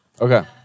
Okay